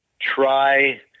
try